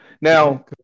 Now